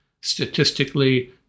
Statistically